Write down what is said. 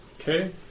Okay